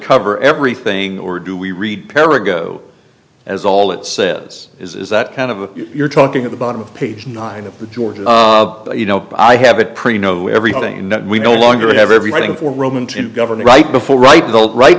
cover everything or do we read para go as all it says is that kind of a you're talking at the bottom of page nine of the georgia you know i have it pretty no everything we no longer have everything for roman to govern right before right the right